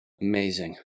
Amazing